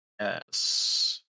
Yes